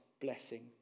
blessing